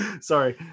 sorry